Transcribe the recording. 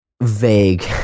vague